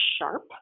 sharp